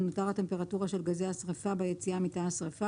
תנוטר הטמפרטורה של גזי השריפה ביציאה מתא השריפה,